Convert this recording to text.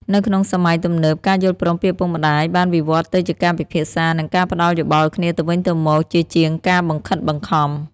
នៅក្នុងសម័យទំនើប ការយល់ព្រមពីឪពុកម្ដាយបានវិវត្តទៅជាការពិភាក្សា និងការផ្ដល់យោបល់គ្នាទៅវិញទៅមកជាជាងការបង្ខិតបង្ខំ។